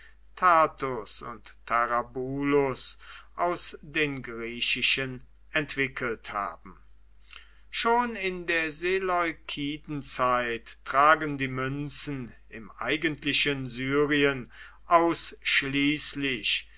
und tarabulus aus den griechischen entwickelt haben schon in der seleukidenzeit tragen die münzen im eigentlichen syrien ausschließlich